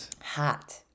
Hot